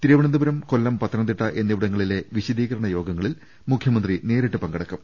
തിരുവനന്തപുരം കൊല്ലം പത്തനംതിട്ട എന്നിവിടങ്ങളിലെ വിശ ദീകരണയോഗങ്ങളിൽ മുഖ്യമന്ത്രി നേരിട്ട് പങ്കെടുക്കും